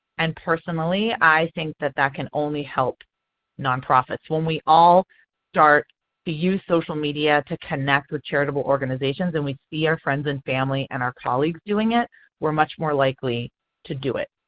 and personally i think that that can only help nonprofits when we all start to use social media to connect with charitable organizations and we see our friends and family and our colleagues doing it we are much more likely to do it.